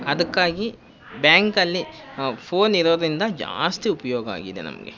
ಅದಕ್ಕಾಗಿ ಬ್ಯಾಂಕಲ್ಲಿ ಫೋನಿರೋದ್ರಿಂದ ಜಾಸ್ತಿ ಉಪಯೋಗ ಆಗಿದೆ ನಮಗೆ